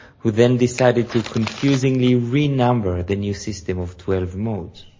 who then decided to confusingly renumber the new system of twelve modes.